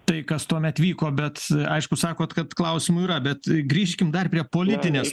tai kas tuomet vyko bet aišku sakot kad klausimų yra bet grįžkim dar prie politinės